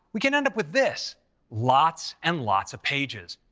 we can end up with this lots and lots of pages.